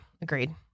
agreed